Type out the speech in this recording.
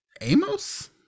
Amos